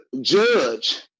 judge